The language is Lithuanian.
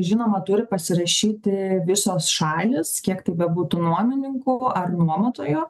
žinoma turi pasirašyti visos šalys kiek tai bebūtų nuomininkų ar nuomotojų